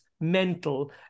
mental